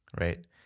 right